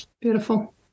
beautiful